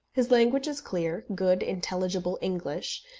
his language is clear, good, intelligible english,